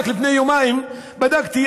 רק לפני יומיים בדקתי,